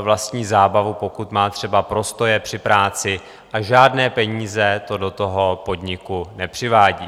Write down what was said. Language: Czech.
vlastní zábavu, pokud má třeba prostoje při práci, a žádné peníze to do toho podniku nepřivádí.